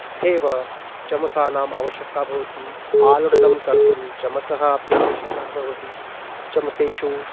तथैव चमसानाम् आवश्यकता भवति आलुकं कर्तुं चमसः अपि आवश्यकः भवति चमसेषु